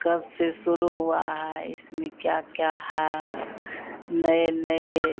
कब से शुरू हुआ है इसमें क्या क्या है नए नए